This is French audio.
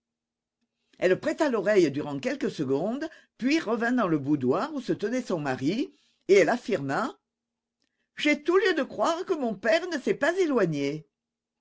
elle prêta l'oreille durant quelques secondes puis revint dans le boudoir où se tenait son mari et elle affirma j'ai tout lieu de croire que mon père ne s'est pas éloigné